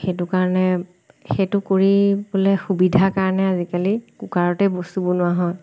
সেইটো কাৰণে সেইটো কৰিবলৈ সুবিধা কাৰণে আজিকালি কুকাৰতেই বস্তু বনোৱা হয়